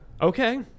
okay